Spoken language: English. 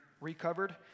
recovered